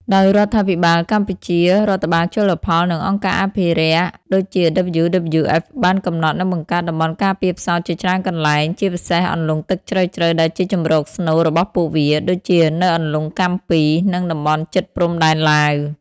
ដោយរដ្ឋាភិបាលកម្ពុជា រដ្ឋបាលជលផល និងអង្គការអភិរក្ស (ដូចជា WWF) បានកំណត់ និងបង្កើតតំបន់ការពារផ្សោតជាច្រើនកន្លែង ជាពិសេសអន្លង់ទឹកជ្រៅៗដែលជាជម្រកស្នូលរបស់ពួកវា ដូចជានៅអន្លង់កាំពី និងតំបន់ជិតព្រំដែនឡាវ។